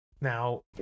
now